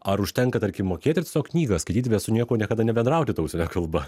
ar užtenka tarkim mokėti ir tiesiog knygą skaityti bet su niekuo niekada nebendrauti ta užsienio kalba